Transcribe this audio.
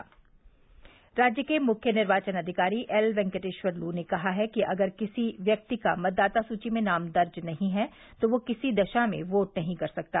के लिये के लि राज्य के मुख्य निर्वाचन अधिकारी एल वेंकटेश्वर लू ने कहा है कि अगर किसी व्यक्ति का मतदाता सूची में नाम दर्ज नहीं हैं तो वह किसी भी दशा में बोट नहीं कर सकता